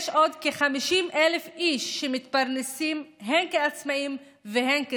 יש עוד כ-50,000 איש שמתפרנסים הן כעצמאים והן כשכירים,